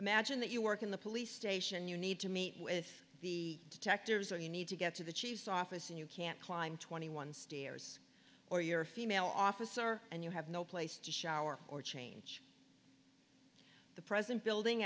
imagine that you work in the police station you need to meet with the detectives or you need to get to the chief's office and you can't climb twenty one stairs or your female officer and you have no place to shower or change the present building